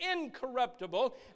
incorruptible